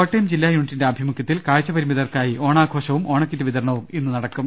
കോട്ടയം ജില്ലാ യൂണിറ്റിന്റെ ആഭിമുഖൃത്തിൽ കാഴ്ചപരിമി തർക്കായി ഓണാഘോഷവും ഓണക്കിറ്റ് വിതരണവും ഇന്ന് നടക്കും